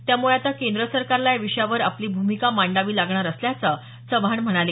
त्यामुळे आता केंद्र सरकारला या विषयावर आपली भूमिका मांडावी लागणार असल्याचं चव्हाण म्हणाले